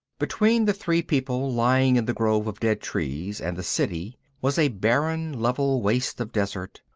between the three people lying in the grove of dead trees and the city was a barren, level waste of desert,